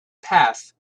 path